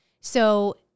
So-